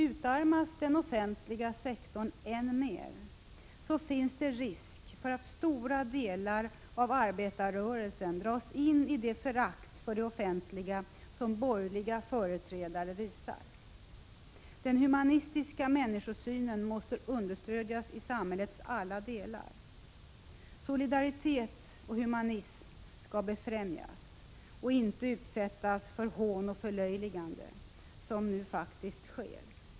Utarmas den offentliga sektorn än mer finns det risk för att stora delar av arbetarrörelsen dras in i det förakt för det offentliga som borgerliga företrädare visar. Den humanistiska människosynen måste understödjas i samhällets alla delar. Solidaritet och humanism skall befrämjas — inte utsättas för hån och förlöjligande, vilket nu faktiskt sker.